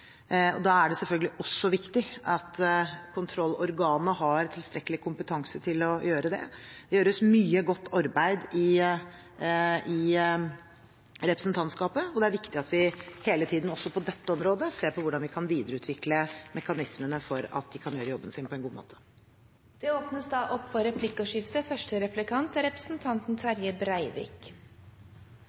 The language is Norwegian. at kontrollorganene har tilstrekkelig kompetanse til å gjøre det arbeidet. Det gjøres mye godt arbeid i representantskapet, og det er viktig at vi hele tiden også på dette området ser på hvordan vi kan videreutvikle mekanismene for at de kan gjøre jobben sin på en god måte. Det